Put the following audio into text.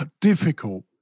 difficult